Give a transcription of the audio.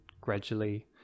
gradually